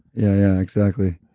yeah, exactly.